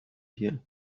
here